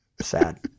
Sad